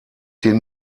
den